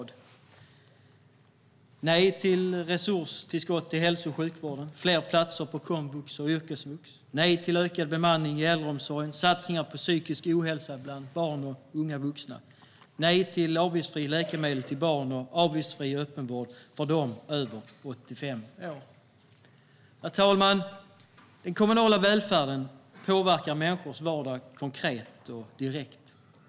De säger nej till resurstillskott till hälso och sjukvården och fler platser på komvux och yrkesvux, nej till ökad bemanning i äldreomsorgen och satsningar mot psykisk ohälsa bland barn och unga vuxna och nej till avgiftsfria läkemedel till barn och avgiftsfri öppenvård för dem över 85 år. Herr talman! Den kommunala välfärden påverkar människors vardag konkret och direkt.